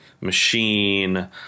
Machine